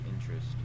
interest